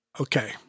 okay